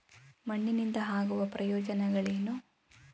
ಮಣ್ಣಿನಿಂದ ಆಗುವ ಪ್ರಯೋಜನಗಳೇನು?